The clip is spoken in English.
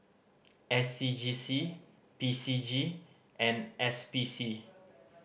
S C G C P C G and S P C